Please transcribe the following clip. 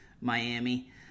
Miami